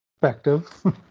perspective